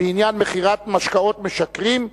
בעניין מכירת משקאות משכרים,